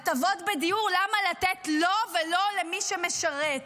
הטבות בדיור, למה לתת לו ולא למי שמשרת?